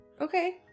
Okay